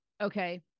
Okay